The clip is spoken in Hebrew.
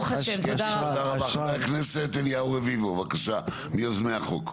חבר הכנסת אליהו רביבו, בבקשה, מיוזמי החוק.